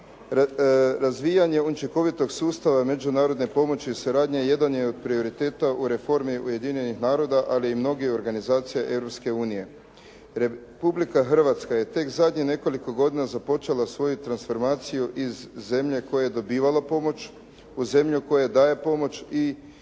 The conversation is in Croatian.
Razvijanje učinkovitog sustava međunarodne pomoći i suradnje jedan je od prioriteta u reformi Ujedinjenih naroda ali i mnogih organizacija Europske unije. Republika Hrvatska je tek zadnjih nekoliko godina započela svoju transformaciju iz zemlje koja je dobivala pomoć u zemlju koja daje pomoć i